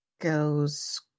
goes